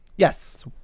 Yes